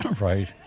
Right